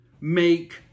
make